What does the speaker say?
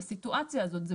בסיטואציה הזאת.